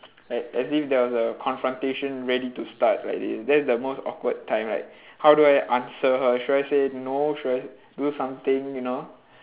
like as if there was a confrontation ready to start like this that's the most awkward time like how do I answer her should I say no should I s~ do something you know